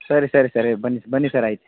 ಸರಿ ಸರಿ ಸರಿ ಬನ್ನಿ ಬನ್ನಿ ಸರ್ ಆಯ್ತು